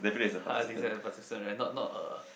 participant right not not a